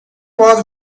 was